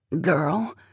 Girl